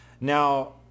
Now